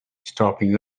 stopping